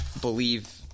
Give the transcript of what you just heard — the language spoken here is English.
believe